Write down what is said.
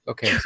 Okay